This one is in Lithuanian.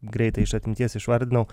greitai iš atminties išvardinau